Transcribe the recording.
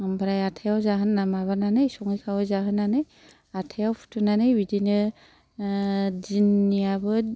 ओमफ्राय आटथायाव जाहोना माबानानै सङै खावै जाहोनानै आटथायाव फुथुनानै बिदिनो दिननियाबो